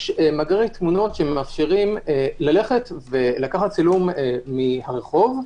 יש מאגרי תמונות שמאפשרים לקחת צילום מהרחוב,